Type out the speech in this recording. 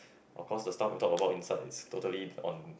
of course the stuff we talk about inside is totally on